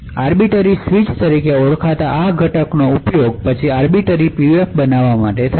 arbiter switch તરીકે ઓળખાતા આ ઘટકનો ઉપયોગ પછી આર્બિટર PUF બનાવવા માટે થાય છે